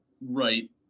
right